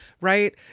right